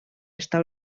està